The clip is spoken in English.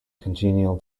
congenial